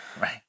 Right